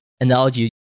analogy